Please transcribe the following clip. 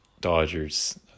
Dodgers